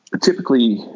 typically